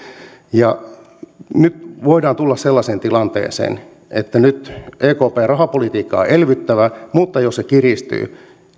nyt voidaan tulla sellaiseen tilanteeseen että ekpn rahapolitiikka on elvyttävä mutta jos se kiristyy